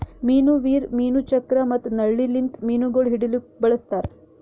ಮೀನು ವೀರ್, ಮೀನು ಚಕ್ರ ಮತ್ತ ನಳ್ಳಿ ಲಿಂತ್ ಮೀನುಗೊಳ್ ಹಿಡಿಲುಕ್ ಬಳಸ್ತಾರ್